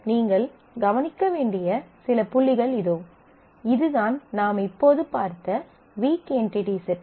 நீங்கள் கவனிக்க வேண்டிய சில புள்ளிகள் இதோ இதுதான் நாம் இப்போது பார்த்த வீக் என்டிடி செட்